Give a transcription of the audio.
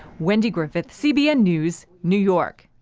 wendy griffith, cbn news, new york.